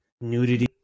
nudity